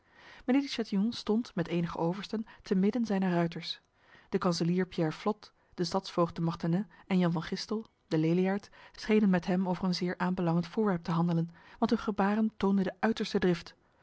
mijnheer de chatillon stond met enige oversten te midden zijner ruiters de kanselier pierre flotte de stadsvoogd de mortenay en jan van gistel de leliaard schenen met hem over een zeer aanbelangend voorwerp te handelen want hun gebaren toonden de uiterste drift